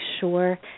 sure